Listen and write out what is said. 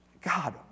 God